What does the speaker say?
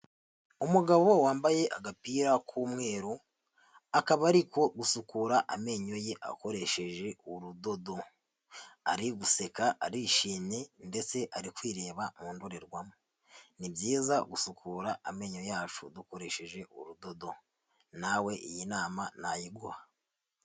Umugabo wambaye agapira k'umweru, akaba ariko gusukura amenyo ye akoresheje urudodo, ari guseka arishimye ndetse ari kwireba mu ndorerwamo, ni byiza gusukura amenyo yacu dukoresheje urudodo nawe iyi nama nayiguha.